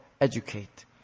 educate